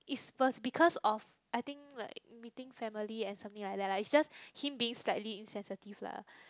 it was because of I think like meeting family and something like that lah it's just him being slightly sensitive lah